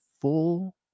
full